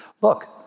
Look